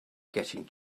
getting